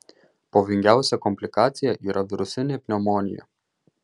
pavojingiausia komplikacija yra virusinė pneumonija